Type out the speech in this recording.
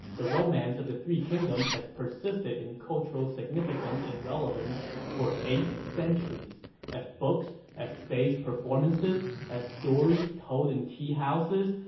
the romance of the three kingdoms has persisted in cultural significance and relevance for eight centuries as books, as stage performances, performances, as stories told in teahouses,